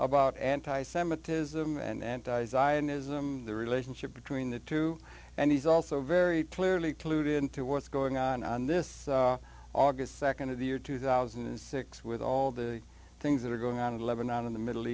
about anti semitism and an ism the relationship between the two and he's also very clearly clued into what's going on on this august nd of the year two thousand and six with all the things that are going on in lebanon in the middle